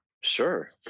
Sure